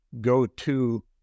go-to